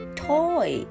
toy